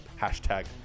hashtag